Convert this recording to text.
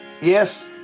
Yes